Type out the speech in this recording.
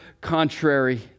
contrary